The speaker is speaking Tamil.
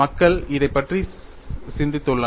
மக்கள் அதைப் பற்றி சிந்தித்துள்ளனர்